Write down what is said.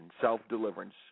self-deliverance